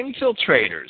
infiltrators